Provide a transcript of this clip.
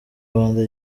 rwanda